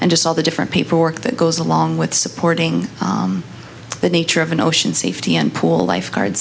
and just all the different paperwork that goes along with supporting the nature of an ocean safety and pool lifeguard